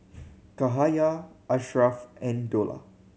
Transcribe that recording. Cahaya Ashraff and Dollah